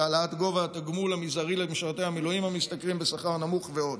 העלאת גובה התגמול המזערי למשרתי המילואים המשתכרים שכר נמוך ועוד.